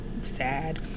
sad